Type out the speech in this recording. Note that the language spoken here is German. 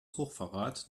hochverrat